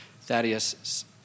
Thaddeus